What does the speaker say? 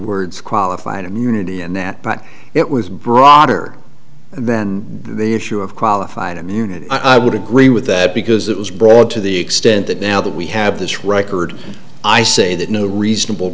words qualified immunity and that but it was broader than the issue of qualified immunity i would agree with that because it was brought to the extent that now that we have this record i say that no reasonable